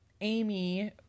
Amy